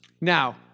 Now